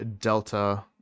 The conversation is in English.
Delta